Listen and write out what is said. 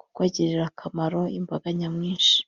kuko agirira akamaro imbaga nyamwinshi.